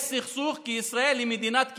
יש סכסוך כי ישראל היא מדינת כיבוש,